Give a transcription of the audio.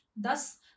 Thus